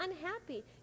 unhappy